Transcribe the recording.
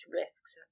risks